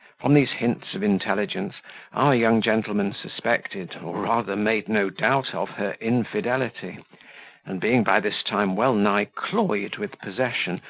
from these hints of intelligence our young gentleman suspected, or rather made no doubt of, her infidelity and being by this time well nigh cloyed with possession,